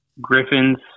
griffins